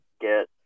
get